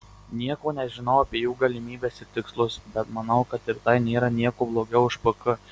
nieko nežinau apie jų galimybes ir tikslus bet manau kad ir tai nėra niekuo blogiau už pk